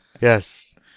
Yes